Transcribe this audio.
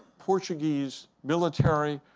portuguese military,